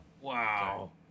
Wow